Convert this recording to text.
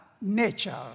nature